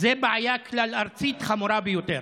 זו בעיה כלל-ארצית חמורה ביותר.